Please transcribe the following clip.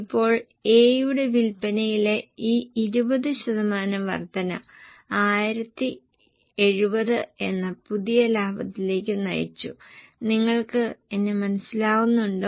ഇപ്പോൾ A യുടെ വിൽപ്പനയിലെ ഈ 20 ശതമാനം വർദ്ധന 1070 എന്ന പുതിയ ലാഭത്തിലേക്ക് നയിച്ചു നിങ്ങൾക്ക് എന്നെ മനസിലാകുന്നുണ്ടോ